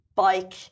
bike